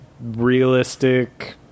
realistic